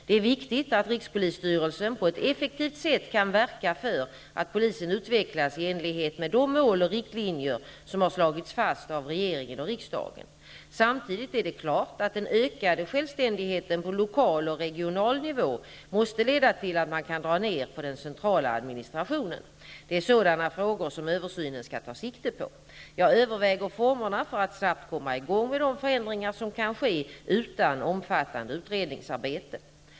Det är viktigt att rikspolisstyrelsen på ett effektivt sätt kan verka för att polisen utvecklas i enlighet med de mål och riktlinjer som har slagits fast av regeringen och riksdagen. Samtidigt är det klart att den ökade självständigheten på lokal och regional nivå måste leda till att man kan dra ned på den centrala administrationen. Det är sådana frågor som översynen skall ta sikte på. Jag överväger formerna för att snabbt komma igång med de förändringar som kan ske utan omfattande utredningsarbete.